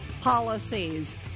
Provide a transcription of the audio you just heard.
policies